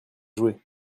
jouer